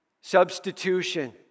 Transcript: Substitution